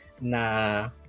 na